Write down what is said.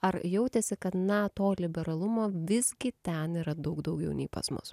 ar jautėsi kad na to liberalumo visgi ten yra daug daugiau nei pas mus